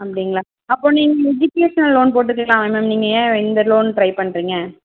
அப்படிங்ளா அப்போது நீங்கள் எஜுகேஷன் லோன் போட்டுக்கலாமே மேம் நீங்கள் ஏன் இந்த லோன் ட்ரை பண்ணுறீங்க